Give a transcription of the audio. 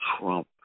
Trump